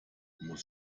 muss